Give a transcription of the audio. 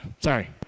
Sorry